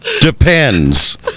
Depends